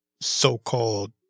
so-called